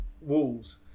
Wolves